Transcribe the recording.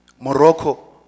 Morocco